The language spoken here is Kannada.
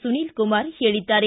ಸುನೀಲ್ ಕುಮಾರ ಹೇಳಿದ್ದಾರೆ